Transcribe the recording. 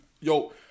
Yo